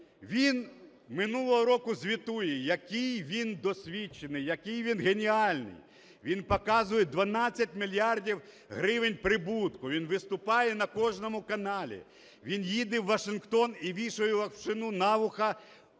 Він минулого року звітує, який він досвідчений, який він геніальний, він показує 12 мільярдів гривень прибутку, він виступає на кожному каналі, він їде у Вашингтон і вішає локшину на вуха